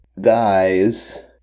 guys